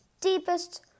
deepest